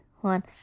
one